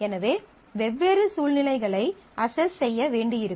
எனவே வெவ்வேறு சூழ்நிலைகளை அஸ்ஸஸ் செய்ய வேண்டியிருக்கும்